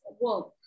work